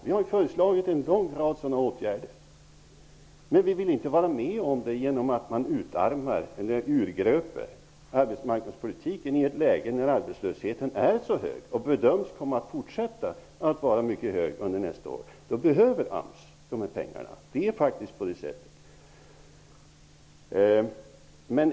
Vi har föreslagit en lång rad sådana åtgärder. Men vi vill inte vara med om att man urgröper arbetsmarknadspolitiken i ett läge där arbetslösheten är hög och bedöms komma att fortsätta att vara mycket hög under nästa år. Då behöver AMS de här pengarna. Det är faktiskt på det sättet.